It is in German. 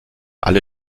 alle